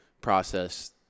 process